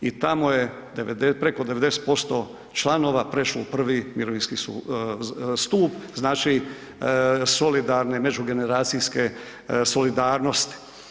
I tamo je preko 90% članova prešlo u I. mirovinski stup, znači solidarne, međugeneracijske solidarnosti.